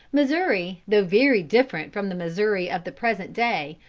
missouri, though very different from the missouri of the present day,